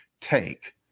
take